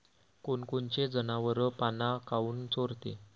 कोनकोनचे जनावरं पाना काऊन चोरते?